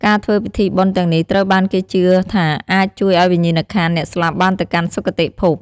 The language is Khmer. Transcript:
ការធ្វើពិធីបុណ្យទាំងនេះត្រូវបានគេជឿថាអាច ជួយឱ្យវិញ្ញាណក្ខន្ធអ្នកស្លាប់បានទៅកាន់សុគតិភព។